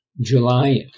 July